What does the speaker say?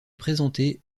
présentés